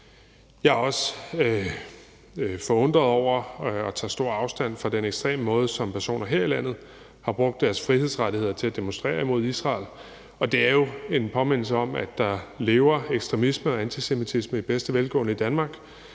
Jeg er også forundret over og tager stor afstand fra den ekstreme måde, som personer her i landet har brugt deres frihedsrettigheder til at demonstrere imod Israel på. Det er jo en påmindelse om, at der lever ekstremisme og antisemitisme i bedste velgående i Danmark,